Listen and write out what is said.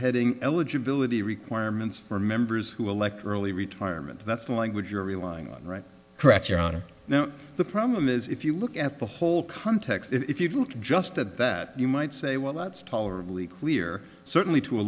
heading eligibility requirements for members who elect early retirement that's the language you're relying on right correct your honor now the problem is if you look at the whole context if you look just at that you might say well that's tolerably clear certainly to a